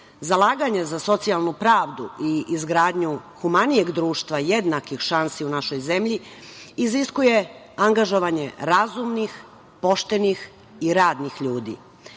Zalaganje za socijalnu pravdu i izgradnju humanijeg društva, jednakih šansi u našoj zemlji iziskuje angažovanje razumnih, poštenih i radnih